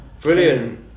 Brilliant